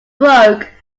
broke